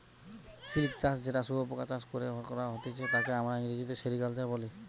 silk চাষ যেটা শুয়োপোকা চাষ করে করা হতিছে তাকে আমরা ইংরেজিতে সেরিকালচার বলি